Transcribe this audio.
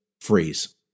freeze